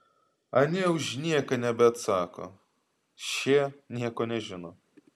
anie už nieką nebeatsako šie nieko nežino